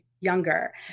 younger